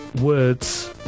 words